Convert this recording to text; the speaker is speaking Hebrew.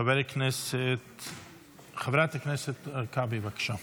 חברת הכנסת הרכבי, בבקשה.